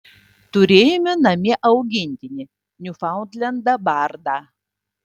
turėjome namie augintinį niufaundlendą bardą